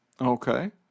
Okay